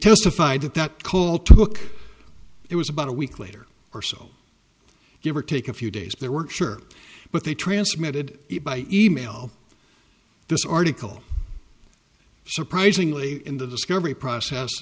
testified that that call took it was about a week later or so give or take a few days they weren't sure but they transmitted it by email this article surprisingly in the discovery process